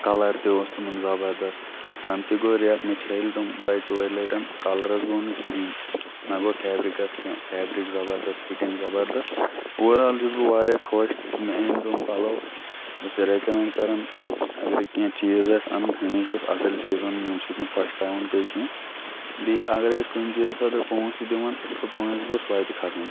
colour تہِ اوس تِمَن زَبردَس تَنہٕ تہِ گوٚو رٮ۪تھ مےٚ چھٔلۍ تِم دۄیہِ ژورِ لٹٮ۪ن کَلرَس گوٚو نہٕ کِہیٖنۍ نہ گوٚو فیبرِکَس کینٛہہ فٮ۪برِک زَبردَس فِٹِنٛگ زَبردَس اُوَر آل چھُس بہٕ واریاہ خۄش مےٚ أنۍ تِم پَلَو بہٕ چھُس رِکَمٮ۪نٛڈ کَران اگرَے کینٛہہ چیٖز آسہِ اَنُن ہمیشہِ گوٚژھ اَصٕل چیٖز اَنُن ییٚمہِ سۭتۍ نہٕ پَشتاوُن پیٚیہِ کینٛہہ بیٚیہِ اگرَے اَسہِ کُنہِ چیٖز خٲطرٕ پونٛسہٕ چھِ دِوان سُہ پونٛسہٕ گوٚژھ وَٹہِ کھَسُن